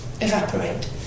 evaporate